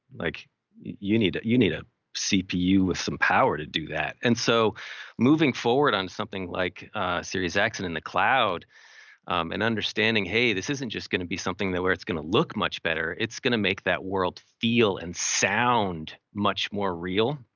like you need you need a cpu with some power to do that. and so moving forward on something like series x and in the cloud and understanding, hey, this isn't just gonna be something that where it's gonna look much better, it's gonna make that world feel and sound much more real.